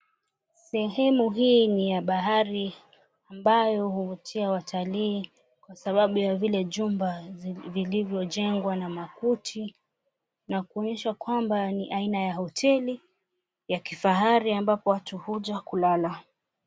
Sehemu hii ni ya bahari ambayo huvutia watalii kwa sababu ya vile jumba vilivojengwa na makuti na kuonyesha kwamba ni aina ya hoteli ya kifahari ambapo watu huja kulala.